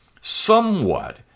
somewhat